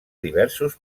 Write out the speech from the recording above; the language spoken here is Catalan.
diversos